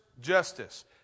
justice